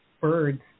birds